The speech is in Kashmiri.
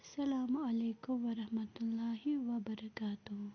السلام علیکُم ورحمتُہ اللہِ وبَرکاتہوٗ